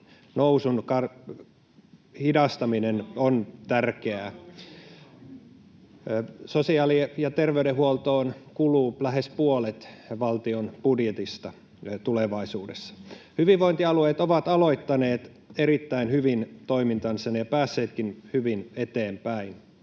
nousun hidastaminen on tärkeää. Sosiaali- ja terveydenhuoltoon kuluu lähes puolet valtion budjetista tulevaisuudessa. Hyvinvointialueet ovat aloittaneet erittäin hyvin toimintansa ja päässeetkin hyvin eteenpäin.